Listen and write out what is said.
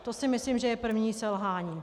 To si myslím, že je první selhání.